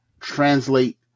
translate